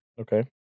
Okay